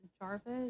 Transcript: Jarvis